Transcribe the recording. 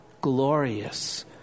glorious